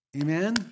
Amen